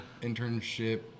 internship